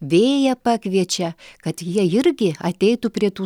vėją pakviečia kad jie irgi ateitų prie tų